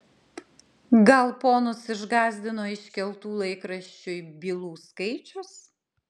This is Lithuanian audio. gal ponus išgąsdino iškeltų laikraščiui bylų skaičius